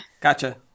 Gotcha